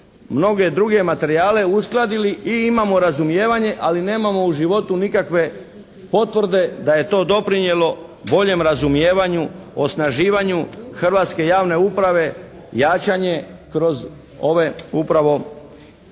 mnoge druge materijale uskladili i imamo razumijevanje, ali nemamo u životu nikakve potvrde da je to doprinijelo boljem razumijevanju, osnaživanju hrvatske javne uprave, jačanje kroz ove upravo